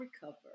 recover